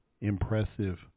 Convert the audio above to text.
impressive